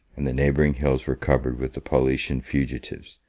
and the neighboring hills were covered with the paulician fugitives,